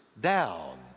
down